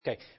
Okay